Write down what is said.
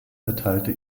erteilte